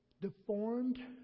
deformed